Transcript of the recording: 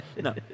no